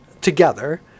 together